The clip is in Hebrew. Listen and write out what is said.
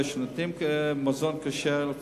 שנותנים מזון כשר.